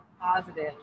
positive